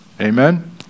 Amen